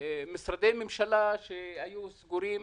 משרדי הממשלה היו סגורים.